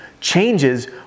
Changes